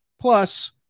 plus